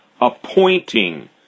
appointing